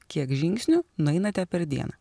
kiek žingsnių nueinate per dieną